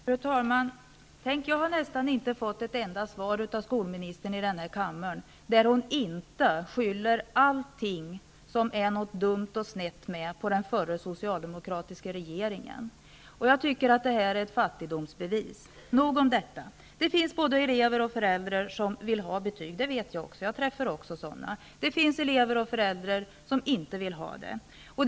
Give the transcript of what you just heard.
Fru talman! Tänk, jag har inte fått ett enda svar i denna kammare av skolministern där hon inte skyller allting som det är något dumt och snett med på den förra socialdemokratiska regeringen. Jag tycker att det är ett fattigdomsbevis. Nog om detta. Det finns både elever och föräldrar som vill ha betyg. Det vet också jag, för jag har träffat sådana. Och det finns många som inte vill ha betyg.